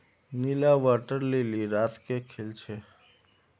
नीला water lily रात के खिल छे